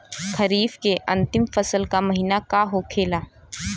खरीफ के अंतिम फसल का महीना का होखेला?